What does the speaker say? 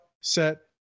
set